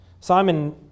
Simon